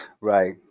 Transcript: Right